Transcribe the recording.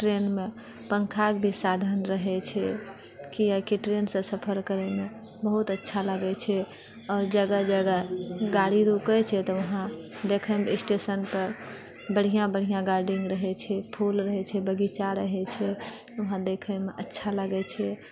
ट्रेनमे पङ्खाके जे साधन रहैत छै किआकि ट्रेनसँ सफर करएमे बहुत अच्छा लागैत छै जगह जगह गाड़ी रूकय छै तऽ वहाँ देखएयमे स्टेशन पर बढ़िआँ बढ़िया गार्डेन रहए छै फूल रहए छै बगीचा रहए छै वहाँ देखएमे अच्छा लागए छै